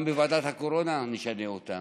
גם בוועדת הקורונה נשנה אותם.